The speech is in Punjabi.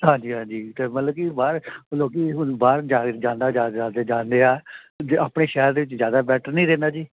ਹਾਂਜੀ ਹਾਂਜੀ ਅਤੇ ਮਤਲਬ ਕਿ ਬਾਹਰ ਲੋਕ ਹੁਣ ਬਾਹਰ ਜਾ ਜਾਂਦਾ ਜਾਂਦੇ ਆ ਜ ਆਪਣੇ ਸ਼ਹਿਰ ਦੇ ਵਿੱਚ ਜ਼ਿਆਦਾ ਬੈਟਰ ਨਹੀਂ ਰਹਿੰਦਾ ਜੀ